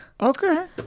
Okay